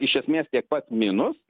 iš esmės tiek pat minus